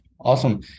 awesome